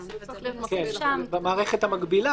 נוסיף פה במערכת המקבילה